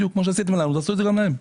בדיוק כמו שעשיתם לנו, תעשו להם.